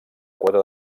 quota